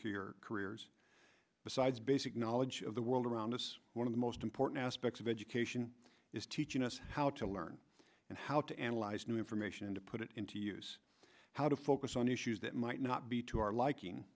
cure careers besides basic knowledge of the world around us one of the most important aspects of education is teaching us how to learn and how to analyze new information and to put it into use how to focus on issues that might not be to our liking